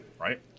right